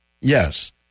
Yes